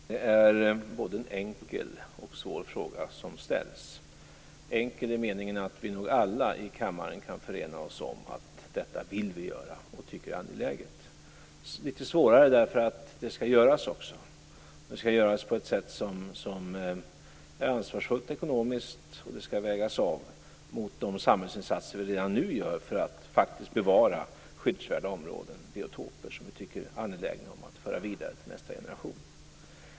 Fru talman! Det är en både enkel och svår fråga som har ställts. Enkel i meningen att vi alla i kammaren kan förena oss i att vi tycker att detta är angeläget. Litet svårare för att det skall göras på ett ansvarsfullt ekonomiskt sätt och skall vägas av mot de samhällsinsatser vi gör nu för att faktiskt bevara skyddsvärda områden, biotoper, som vi är angelägna om att föra vidare till nästa generation.